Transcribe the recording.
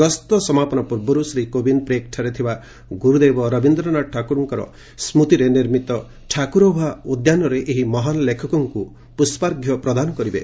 ଗସ୍ତ ସମାପନ ପୂର୍ବର୍ ଶ୍ରୀ କୋବିନ୍ଦ ପ୍ରେଗ୍ଠାରେ ଥିବା ଗୁରୁଦେବ ରବୀନ୍ଦ୍ରନାଥ ଠାକୁରଙ୍କ ସ୍ଚତିରେ ନିର୍ମିତ ଠାକୁରୋଭା ଉଦ୍ୟାନରେ ଏହି ମହାନ୍ ଲେଖକଙ୍କୁ ପୁଷ୍ପାର୍ଘ୍ୟ ପ୍ରଦାନ କରିବେ